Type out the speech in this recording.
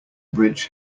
bridge